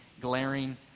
glaring